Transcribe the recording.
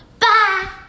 Bye